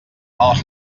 els